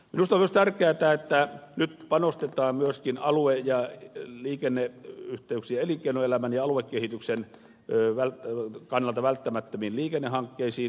minusta on myös tärkeätä että nyt panostetaan myöskin elinkeinoelämän ja aluekehityksen kannalta välttämättömiin liikennehankkeisiin